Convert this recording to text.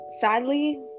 sadly